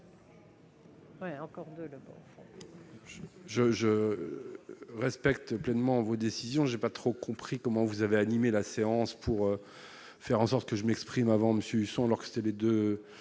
je respecte pleinement vos décisions, j'ai pas trop compris comment vous avez animé la séance pour faire en sorte que je m'exprime avant Monsieur Husson, alors que c'était les 2